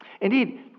Indeed